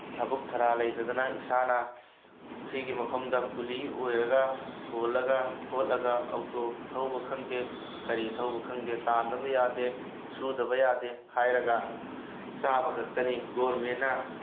ꯊꯕꯛ ꯊꯔꯥ ꯂꯩꯇꯗꯅ ꯏꯁꯥꯅ ꯁꯤꯒꯤ ꯃꯐꯝꯗ ꯀꯨꯂꯤ ꯑꯣꯏꯔꯒ ꯍꯣꯜꯂꯒ ꯈꯣꯠꯂꯒ ꯑꯣꯇꯣ ꯊꯧꯕ ꯈꯪꯗꯦ ꯀꯔꯤ ꯊꯧꯕ ꯈꯪꯗꯦ ꯇꯥꯟꯗꯕ ꯌꯥꯗꯦ ꯁꯨꯗꯕ ꯌꯥꯗꯦ ꯍꯥꯏꯔꯒ ꯆꯥꯕ ꯈꯛꯇꯅꯤ ꯒꯣꯔꯃꯦꯟꯅ